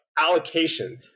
allocation